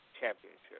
Championship